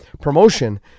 promotion